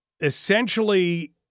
essentially